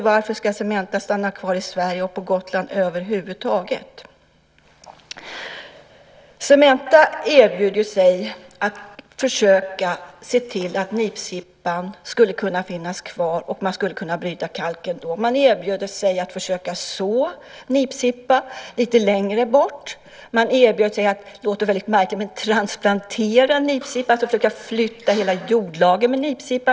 Varför ska Cementa stanna kvar i Sverige och på Gotland över huvud taget? Cementa erbjöd sig att försöka se till att nipsippan skulle kunna finnas kvar och att man skulle kunna bryta kalk ändå. Man erbjöd sig att försöka så nipsippa lite längre bort. Man erbjöd sig att "transplantera" nipsippa, det vill säga försöka flytta hela jordlager med nipsippa.